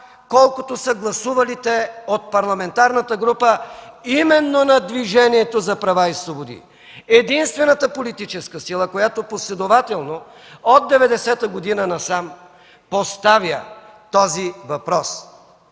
колкото са гласувалите от парламентарната група именно на Движението за права и свободи – единствената политическа сила, която последователно – от 1990 г. насам, поставя този въпрос.